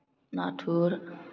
नाथुर